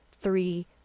three